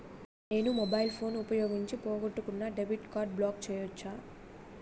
నేను mobile phone ఉపయోగించి పోగొట్టుకున్న డెబిట్ కార్డ్ని బ్లాక్ చేయవచ్చా?